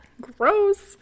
Gross